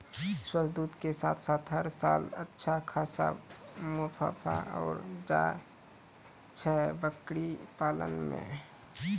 स्वस्थ दूध के साथॅ साथॅ हर साल अच्छा खासा मुनाफा होय जाय छै बकरी पालन मॅ